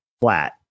flat